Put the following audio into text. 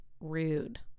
rude